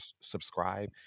subscribe